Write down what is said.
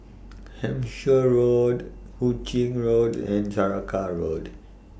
Hampshire Road Hu Ching Road and Saraca Road